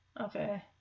okay